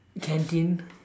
canteen